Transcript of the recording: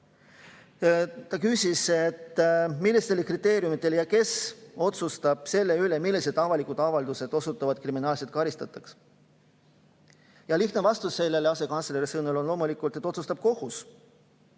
Ta küsis, millistele kriteeriumitele [tuginevalt] ja kes otsustab selle üle, millised avalikud avaldused osutuvad kriminaalselt karistatavaks. Lihtne vastus sellele asekantsleri sõnul on loomulikult see, et otsustab kohus.